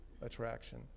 attraction